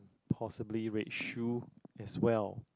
possibly red shoe as well